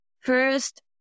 first